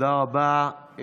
תודה רבה.